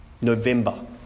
November